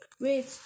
wait